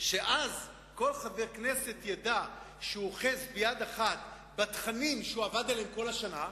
שאז כל חבר כנסת ידע שהוא אוחז ביד אחת בתכנים שהוא עבד עליהם כל השנה.